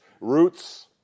roots